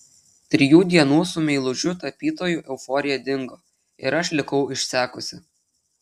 trijų dienų su meilužiu tapytoju euforija dingo ir aš likau išsekusi